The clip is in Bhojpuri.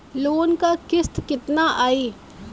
लोन क किस्त कितना आई?